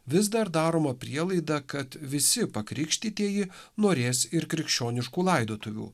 vis dar daroma prielaida kad visi pakrikštytieji norės ir krikščioniškų laidotuvių